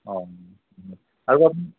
অঁ আৰু আপুনি